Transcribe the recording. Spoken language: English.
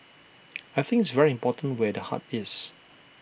I think it's very important where the heart is